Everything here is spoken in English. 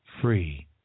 free